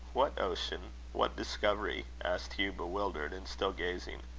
what ocean? what discovery? asked hugh, bewildered, and still gazing.